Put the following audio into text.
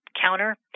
counter